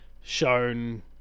shown